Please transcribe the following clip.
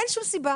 אין שום סיבה